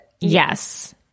yes